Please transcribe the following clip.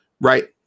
Right